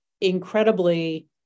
incredibly